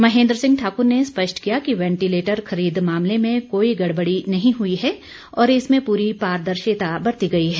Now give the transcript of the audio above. महेंद्र सिंह ठाकुर ने स्पष्ट किया कि वैंटिलेटर खरीद मामले में कोई गड़बड़ी नहीं हुई है और इसमें पूरी पारदर्शिता बरती गई है